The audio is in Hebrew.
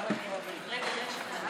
ההצעה להעביר את